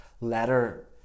letter